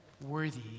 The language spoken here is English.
worthy